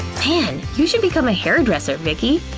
and you should become a hairdresser, vicki!